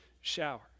shower